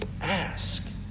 Ask